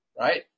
right